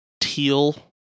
teal